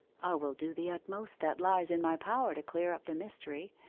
i will do the utmost that lies in my power to clear up the mystery,